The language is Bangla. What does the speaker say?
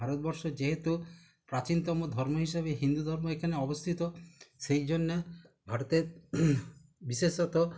ভারতবর্ষে যেহেতু প্রাচীনতম ধর্ম হিসাবে হিন্দু ধর্ম এখানে অবস্থিত সেই জন্যে ভারতের বিশেষত